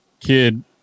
kid